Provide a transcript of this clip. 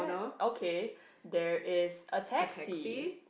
okay there is a taxi